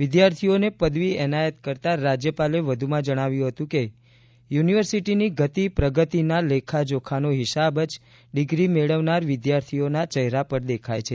વિદ્યાર્થીઓને પદવી એનાયત કરતાં રાજ્યપાલે વધુમાં જણાવ્યું હતું કે યુનિવર્સિટીની ગતિ પ્રગતિના લેખાજોખાંનો હિસાબ જ ડિગ્રી મેળવનાર વિદ્યાર્થીઓના ચહેરા પરથી જ દેખાય છે